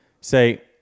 say